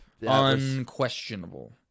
Unquestionable